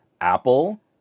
Apple